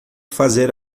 fazer